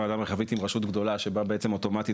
ועדה מרחבית עם רשות גדולה שבה בעצם אוטומטית